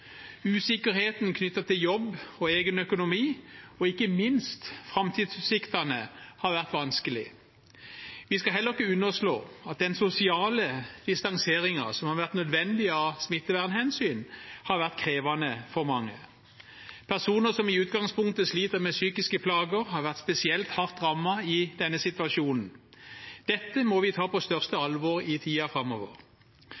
Usikkerheten knyttet til jobb og egen økonomi og ikke minst framtidsutsiktene har vært vanskelig. Vi skal heller ikke underslå at den sosiale distanseringen som har vært nødvendig av smittevernhensyn, har vært krevende for mange. Personer som i utgangspunktet sliter med psykiske plager, har vært spesielt hardt rammet i denne situasjonen. Dette må vi ta på største